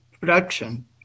production